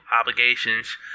obligations